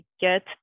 get